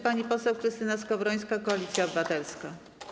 Pani poseł Krystyna Skowrońska, Koalicja Obywatelska.